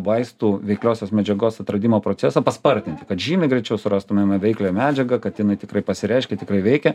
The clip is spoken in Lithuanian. vaistų veikliosios medžiagos atradimo procesą paspartinti kad žymiai greičiau surastumėme veiklią medžiagą kad jinai tikrai pasireiškia tikrai veikia